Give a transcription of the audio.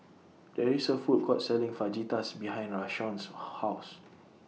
There IS A Food Court Selling Fajitas behind Rashawn's House